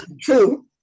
True